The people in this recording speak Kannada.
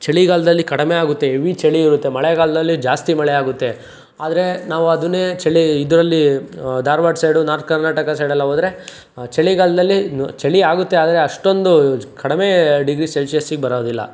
ಚಳಿಗಾಲದಲ್ಲಿ ಕಡಿಮೆ ಆಗುತ್ತೆ ಎವಿ ಚಳಿ ಇರುತ್ತೆ ಮಳೆಗಾಲದಲ್ಲಿ ಜಾಸ್ತಿ ಮಳೆ ಆಗುತ್ತೆ ಆದರೆ ನಾವು ಅದನ್ನೇ ಚಳಿ ಇದರಲ್ಲಿ ಧಾರವಾಡ ಸೈಡು ನಾರ್ತ್ ಕರ್ನಾಟಕ ಸೈಡೆಲ್ಲ ಹೋದ್ರೆ ಚಳಿಗಾಲದಲ್ಲಿ ಚಳಿ ಆಗುತ್ತೆ ಆದರೆ ಅಷ್ಟೊಂದು ಕಡಿಮೆ ಡಿಗ್ರಿ ಸೆಲ್ಶಿಯಸ್ಸಿಗೆ ಬರೋದಿಲ್ಲ